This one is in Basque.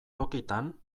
tokitan